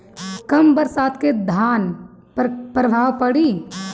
कम बरसात के धान पर का प्रभाव पड़ी?